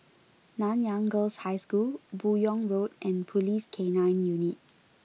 Nanyang Girls' High School Buyong Road and Police K nine Unit